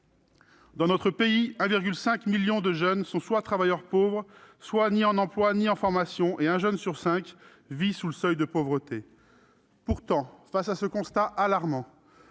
Dans notre pays, près de 1,5 million de jeunes sont soit travailleurs pauvres, soit ni en emploi ni en formation, et un jeune sur cinq vit sous le seuil de pauvreté. Pourtant, face à ce constat alarmant,